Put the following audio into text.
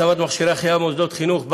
הצבת מכשירי החייאה במוסדות חינוך),